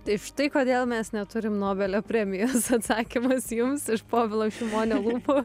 tai štai kodėl mes neturim nobelio premijos atsakymas jums iš povilo šimonio lūpų